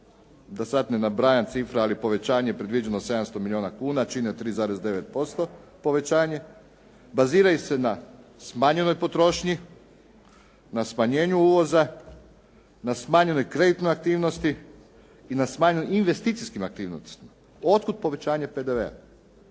da sada ne nabrajam cifre, ali povećanje predviđeno 700 milijuna kuna, čine 3,9% povećanje, baziraju se na smanjenoj potrošnji, na smanjenju uvoza, na smanjenoj kreditnoj aktivnosti i na smanjenim investicijskim aktivnostima. Otkud povećanje PDV-a?